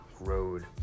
road